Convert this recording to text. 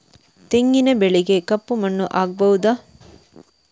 ತೆಂಗಿನ ಬೆಳೆಗೆ ಕಪ್ಪು ಮಣ್ಣು ಆಗ್ಬಹುದಾ?